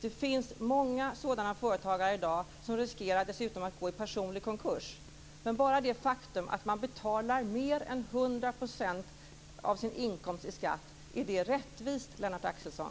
Det finns många sådana företagare i dag, som dessutom riskerar att gå i personlig konkurs. Men bara det faktum att man betalar mer än 100 % av sin inkomst i skatt - är det rättvist, Lennart Axelsson?